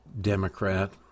Democrat